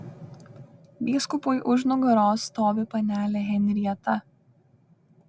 vyskupui už nugaros stovi panelė henrieta